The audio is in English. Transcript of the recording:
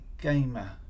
Gamer